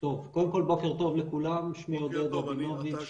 אז קודם כל בוקר טוב ותודה על